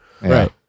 Right